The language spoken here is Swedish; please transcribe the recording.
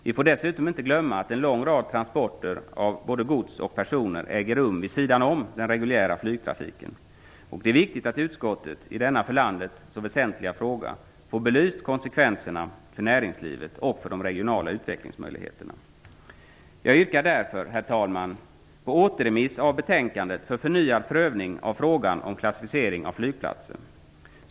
Vi får dessutom inte glömma att en lång rad transporter av både gods och personer äger rum vid sidan om den reguljära flygtrafiken. Det är viktigt att utskottet i denna för landet så väsentliga fråga får belyst konsekvenserna för näringslivet och de regionala utvecklingsmöjligheterna. Jag yrkar därför, herr talman, på återremiss av betänkandet för förnyad prövning av frågan om klassificering av flygplatser.